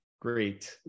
Great